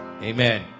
Amen